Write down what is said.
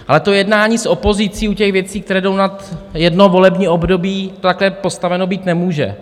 Ale to jednání s opozicí u těch věcí, které jdou nad jedno volební období, takhle postaveno být nemůže.